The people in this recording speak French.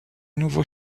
nouveau